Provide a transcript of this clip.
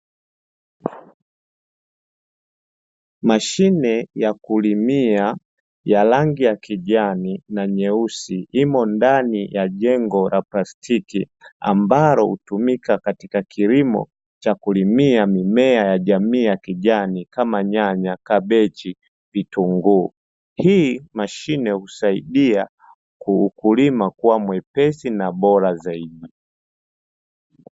Mashine ya kulimia ya rangi ya kijani na nyeusi imo ndani ya jengo la plastiki ambalo hutumika katika kilimo cha kulimia mimea ya jamii ya kijani kama: nyanya, kabeji, vitunguu. Hii mashine husaidia ukulima kuwa mwepesi na bora zaidi.